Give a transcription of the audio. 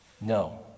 no